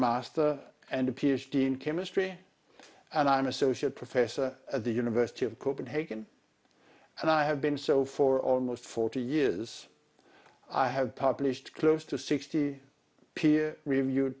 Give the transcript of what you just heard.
master and a ph d in chemistry and i'm associate professor at the university of copenhagen and i have been so for almost forty years i have published close to sixty peer reviewed